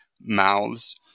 mouths